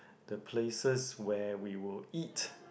the places where we will eat